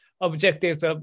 objectives